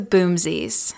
Boomsies